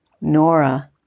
Nora